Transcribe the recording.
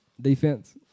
Defense